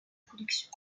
production